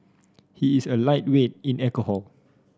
he is a lightweight in alcohol